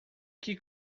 que